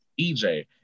EJ